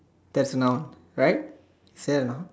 that's not right sure not